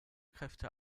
kräfte